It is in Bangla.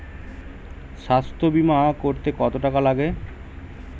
স্বাস্থ্যবীমা করতে কত টাকা লাগে?